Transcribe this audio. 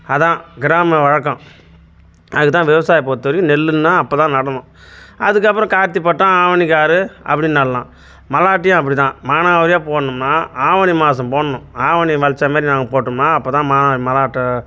அதுதான் கிராம வழக்கம் அதுக்குதான் விவசாயம் பொறுத்தவரைக்கும் நெல்லுன்னால் அப்போதான் நடணும் அதுக்கப்புறம் கார்த்திகை பட்டம் ஆவணிக்கு ஆறு அப்படி நடலாம் மல்லாட்டையும் அப்படிதான் மானாவாரியாக போடணும்னா ஆவணி மாதம் போடணும் ஆவணி விளச்ச மாரி நாங்கள் போட்டோம்னால் அப்போதான் ம மல்லாட்டை